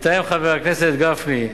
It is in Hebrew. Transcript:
יתאם חבר הכנסת גפני,